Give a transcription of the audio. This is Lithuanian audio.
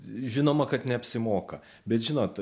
žinoma kad neapsimoka bet žinot